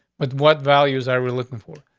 but what values are we looking for?